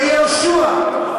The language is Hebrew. ויהושע,